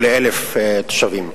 או ל-1,000 תושבים.